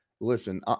listen